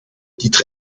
titre